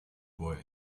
boy